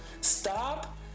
stop